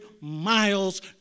miles